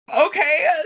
Okay